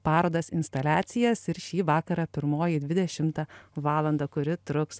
parodas instaliacijas ir šį vakarą pirmoji dvidešimtą valandą kuri truks